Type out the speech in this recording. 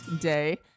Day